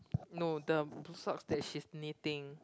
no the blue socks that she's knitting